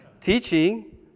teaching